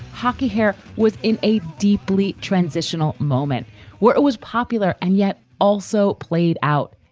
hockey hair was in a deeply transitional moment where it was popular and yet also played out,